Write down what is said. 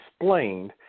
explained